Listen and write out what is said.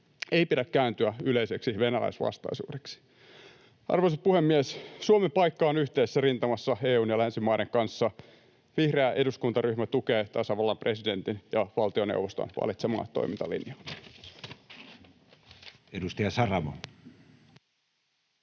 ei pidä kääntyä yleiseksi venäläisvastaisuudeksi. Arvoisa puhemies! Suomen paikka on yhteisessä rintamassa EU:n ja länsimaiden kanssa. Vihreä eduskuntaryhmä tukee tasavallan presidentin ja valtioneuvoston valitsemaa toimintalinjaa.